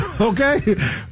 okay